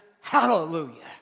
hallelujah